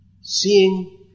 seeing